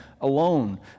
alone